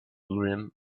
urim